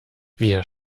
wir